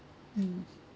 mm